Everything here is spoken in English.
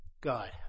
God